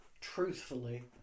truthfully